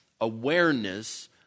awareness